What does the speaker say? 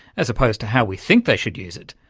as opposed to how we think they should use it,